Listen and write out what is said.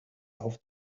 auf